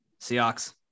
Seahawks